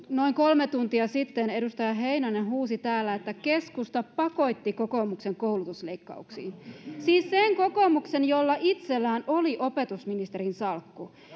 noin kolme tuntia sitten edustaja heinonen huusi täällä että keskusta pakotti kokoomuksen koulutusleikkauksiin siis sen kokoomuksen jolla itsellään oli opetusministerin salkku